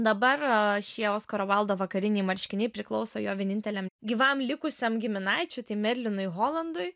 dabar šie oskaro vaildo vakariniai marškiniai priklauso jo vieninteliam gyvam likusiam giminaičiui tai merlinui holandui